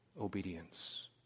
obedience